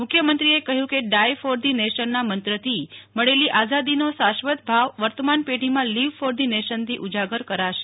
મુખ્યમંત્રીએ કહ્યું કે ડાઇ ફોર ધ નેશનના મંત્રથી મળેલી આઝાદીનો શાશ્વત ભાવ વર્તમાન પેઢીમાં લીવ ફોર ધ નેશનથી ઉજાગર કરાશે